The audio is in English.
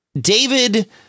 David